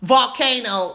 Volcano